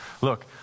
Look